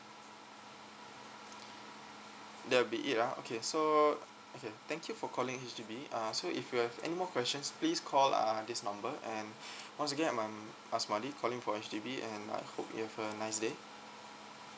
that'll be it ah okay so okay thank you for calling H_D_B uh so if you have anymore questions please call uh this number and once again I'm A S M A D I calling from H_D_B and I hope you have a nice day